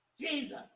Jesus